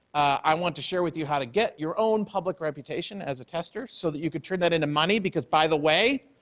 i want to share with you how to get your own public reputation as a tester so that you could turn that into money because, by the way,